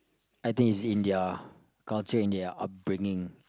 I think is in their culture in their upbringing